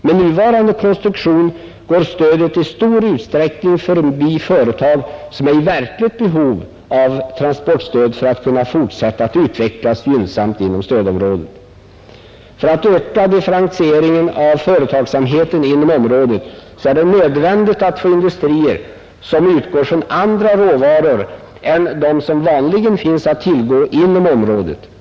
Med nuvarande konstruktion går stödet i 16 april 1971 stor utsträckning förbi företag som är i verkligt behov av transportstöd ——— för att kunna fortsätta att utvecklas gynnsamt inom stödområdet. För att — Regionalt transportöka differentieringen av företagsamheten inom området är det nödvän Stöd digt att få industrier som utgår från andra råvaror än dem som vanligen finns att tillgå inom området.